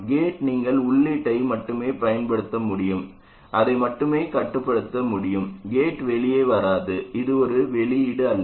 gate நீங்கள் உள்ளீட்டை மட்டுமே பயன்படுத்த முடியும் அதை மட்டுமே கட்டுப்படுத்த முடியும் கேட் வெளியே வராது இது ஒரு வெளியீடு அல்ல